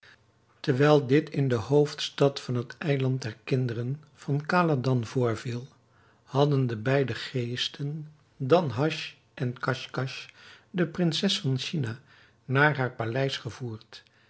terwijl dit in de hoofdstad van het eiland der kinderen van khaladan voorviel hadden de beide geesten danhasch en casch casch de prinses van china naar haar paleis gevoerd